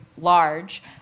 large